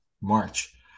march